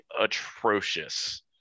atrocious